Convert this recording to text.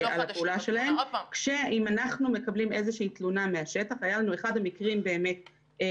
אם אנחנו מקבלים איזו תלונה מן השטח באחד המקרים הפיקוח